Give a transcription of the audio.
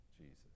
Jesus